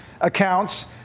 accounts